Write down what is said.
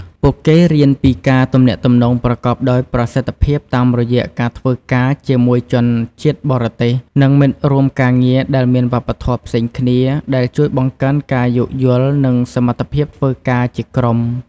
ពួកគេរៀនពីការទំនាក់ទំនងប្រកបដោយប្រសិទ្ធភាពតាមរយៈការធ្វើការជាមួយជនជាតិបរទេស និងមិត្តរួមការងារដែលមានវប្បធម៌ផ្សេងគ្នា ដែលជួយបង្កើនការយោគយល់ និងសមត្ថភាពធ្វើការជាក្រុម។